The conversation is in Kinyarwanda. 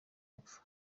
epfo